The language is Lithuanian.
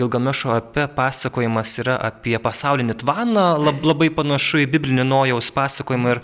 gilgamešo epe pasakojimas yra apie pasaulinį tvaną lab labai panašu į biblinį nojaus pasakojimą ir